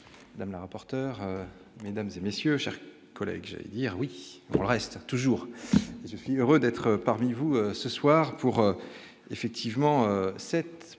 mesdames, la rapporteur mesdames et messieurs, chers collègues, j'allais dire oui reste toujours heureux d'être parmi vous ce soir pour effectivement cette première